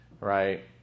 right